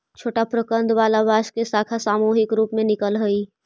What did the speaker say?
छोटा प्रकन्द वाला बांस के शाखा सामूहिक रूप से निकलऽ हई